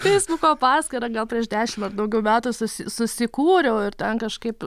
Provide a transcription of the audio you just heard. feisbuko paskyrą gal prieš dešim ar daugiau metų susi susikūriau ir ten kažkaip